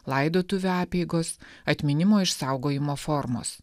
laidotuvių apeigos atminimo išsaugojimo formos